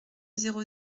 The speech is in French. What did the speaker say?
zéro